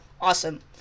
awesome